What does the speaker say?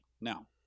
Now